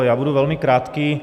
Já budu velmi krátký.